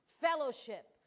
fellowship